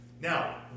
Now